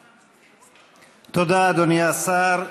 תודה, אדוני השר.